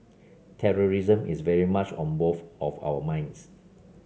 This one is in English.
terrorism is very much on both of our minds